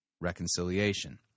reconciliation